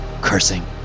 Cursing